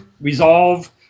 resolve